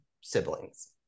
siblings